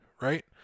right